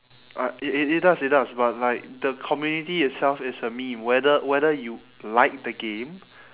alright it it it does it does but like the community itself is a meme whether whether you like the game